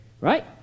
Right